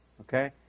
Okay